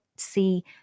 see